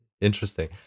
Interesting